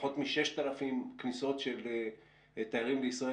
פחות מ-6,000 כניסות של תיירים לישראל